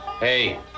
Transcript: Hey